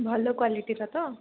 ଭଲ କ୍ୱାଲିଟିର ତ